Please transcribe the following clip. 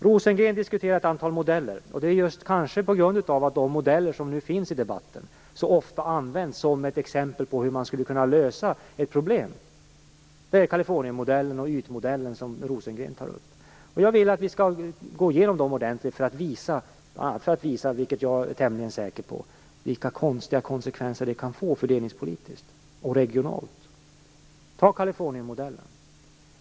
Rosengren diskuterar ett antal modeller, kanske just på grund av att de modeller som nu nämns i debatten så ofta används som exempel på hur man skulle kunna lösa ett problem. Det är Californiamodellen och ytmodellen som Rosengren tar upp. Jag vill att vi skall gå igenom dem ordentligt för att visa - det jag är tämligen säker på - vilka konstiga konsekvenser det kan få fördelningspolitiskt och regionalt. Ta Californiamodellen.